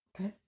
Okay